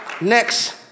next